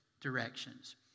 directions